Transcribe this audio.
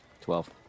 Twelve